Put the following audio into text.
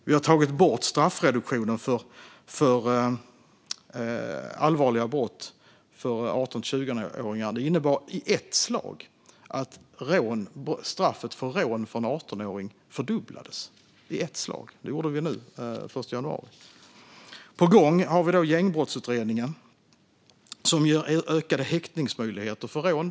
Vi har tagit bort straffreduktionen för 18-20-åringar när det gäller allvarliga brott. Det innebar att straffet för rån för en 18-åring i ett slag fördubblades. Det gjorde vi den 1 januari. Vi har Gängbrottsutredningen på gång, som utreder ökade häktningsmöjligheter för rån.